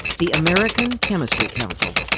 the american chemistry council.